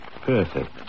Perfect